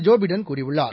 Joe Biden கூறியுள்ளார்